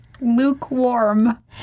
Lukewarm